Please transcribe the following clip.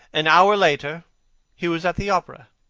an hour later he was at the opera,